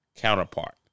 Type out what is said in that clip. Counterpart